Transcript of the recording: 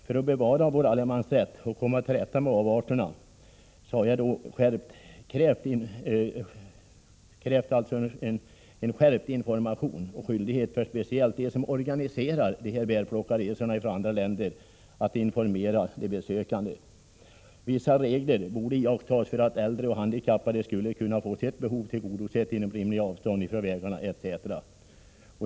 För att bevara vår allemansrätt och komma till rätta med avarterna har jag krävt skärpt information och en skyldighet för dem som organiserar dessa bärplockarresor från andra länder att informera de besökande. Vissa regler borde iakttas för att äldre och handikappade skall kunna få sitt bärbehov tillgodosett inom rimliga avstånd från vägar etc.